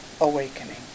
awakening